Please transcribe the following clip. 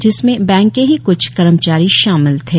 जिसमें बैंक के ही क्छ कर्मचारी शामिल थे